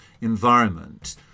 environment